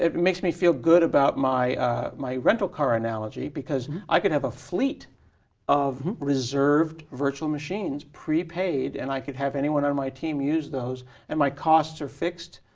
makes me feel good about my my rental car analogy because i could have a fleet of reserved virtual machines prepaid, and i could have anyone on my team use those and my costs are fixed,